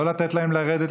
לא לתת להם לרדת,